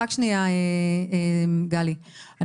וגם